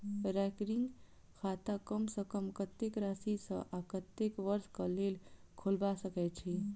recurring खाता कम सँ कम कत्तेक राशि सऽ आ कत्तेक वर्ष कऽ लेल खोलबा सकय छी